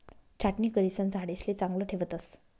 छाटणी करिसन झाडेसले चांगलं ठेवतस